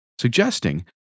suggesting